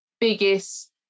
biggest